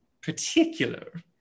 particular